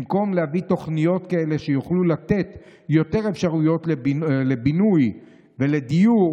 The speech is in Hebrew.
במקום להביא תוכניות כאלה שיוכלו לתת יותר אפשרויות לבינוי ולדיור,